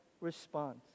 response